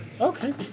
Okay